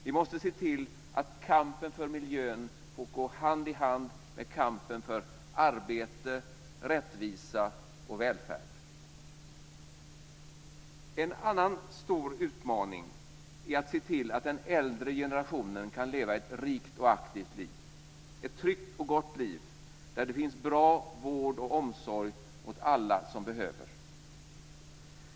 Vi måste se till att kampen för miljön får gå hand i hand med kampen för arbete, rättvisa och välfärd. En annan stor utmaning är att se till att den äldre generationen kan leva ett rikt och aktivt liv, ett tryggt och gott liv där det finns bra vård och omsorg åt alla som behöver.